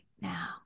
now